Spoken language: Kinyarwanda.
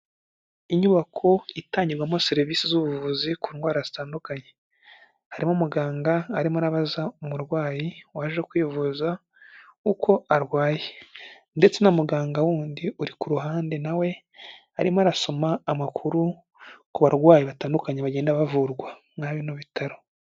Inyubako itangirwamo serivisi z'ubuvuzi ku ndwara zitandukanye, harimo umuganga arimo arabaza umurwayi waje kwivuza uko arwaye ndetse na muganga wundi uri ku ruhande nawe arimo arasoma amakuru ku barwayi batandukanye bagenda bavurwa, mwa bino bitaro.